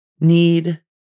need